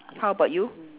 how about you